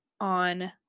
on